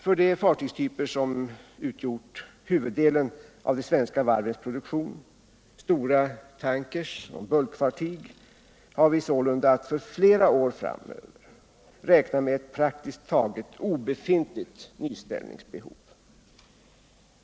För de fartygstyper som utgjort huvuddelen av de svenska varvens produktion — stora tankoch bulkfartyg — har vi sålunda att för flera år framöver räkna med ett praktiskt taget obefintligt nybeställningsbehov.